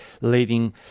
leading